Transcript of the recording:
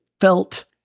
felt